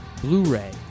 Blu-ray